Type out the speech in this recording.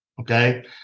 okay